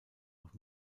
auch